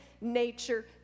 nature